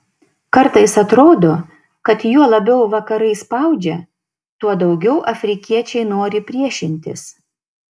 kartais atrodo kad juo labiau vakarai spaudžia tuo daugiau afrikiečiai nori priešintis